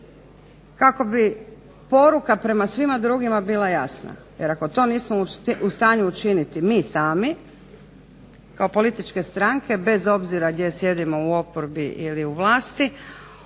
kako bi poruka prema svima drugima bila jasna. Jer ako to nismo u stanju učiniti mi sami kao političke stranke bez obzira gdje sjedimo u oporbi ili vlasti